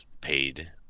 paid